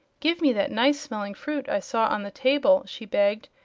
give me that nice-smelling fruit i saw on the table, she begged,